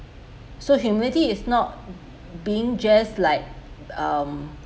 so humility is not being just like um